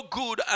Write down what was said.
good